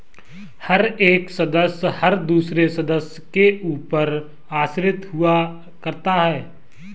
हर एक सदस्य हर दूसरे सदस्य के ऊपर आश्रित हुआ करता है